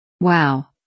Wow